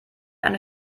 eine